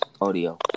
audio